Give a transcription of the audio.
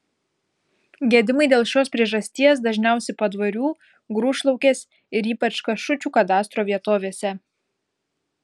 gedimai dėl šios priežasties dažniausi padvarių grūšlaukės ir ypač kašučių kadastro vietovėse